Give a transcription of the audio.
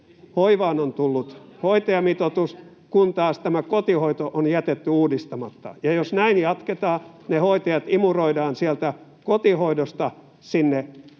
hoivaan on tullut hoitajamitoitus, kun taas tämä kotihoito on jätetty uudistamatta. Jos näin jatketaan, ne hoitajat imuroidaan kotihoidosta